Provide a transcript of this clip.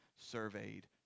surveyed